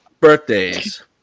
birthdays